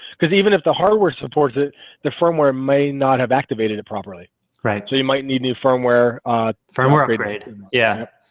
because even if the hardware supports it the firmware may not have activated it properly right, so you might need new firmware firmware be right yeah,